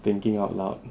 thinking out loud